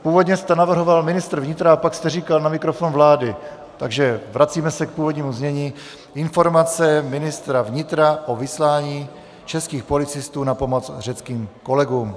Původně jste navrhoval ministra vnitra a pak jste říkal na mikrofon vlády, takže vracíme se k původnímu znění Informace ministra vnitra o vyslání českých policistů na pomoc řeckým kolegům.